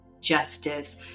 justice